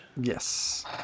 Yes